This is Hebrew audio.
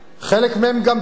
חלק מהם גם טעו,